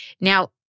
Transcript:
Now